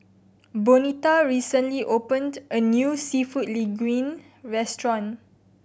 Bonita recently opened a new Seafood Linguine Restaurant